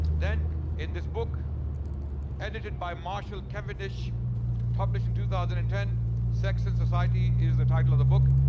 then in this book edited by marshall cavendish published in two thousand and ten sex in society' is the title of the book.